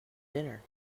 dinner